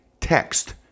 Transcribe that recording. Text